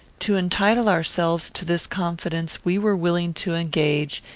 to entitle ourselves to this confidence we were willing to engage,